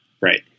Right